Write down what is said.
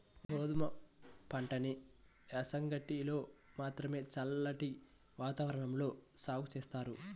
గోధుమ పంటని యాసంగిలో మాత్రమే చల్లటి వాతావరణంలో సాగు జేత్తారు